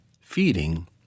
feeding